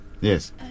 yes